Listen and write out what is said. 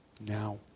now